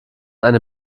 eine